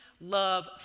love